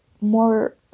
more